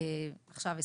עכשיו,